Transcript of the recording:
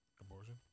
abortion